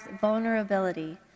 vulnerability